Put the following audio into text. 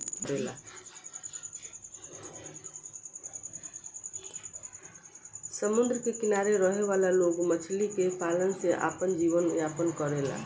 समुंद्र के किनारे रहे वाला लोग मछली के पालन से आपन जीवन यापन करेले